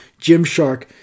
Gymshark